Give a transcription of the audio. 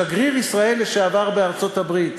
שגריר ישראל לשעבר בארצות-הברית,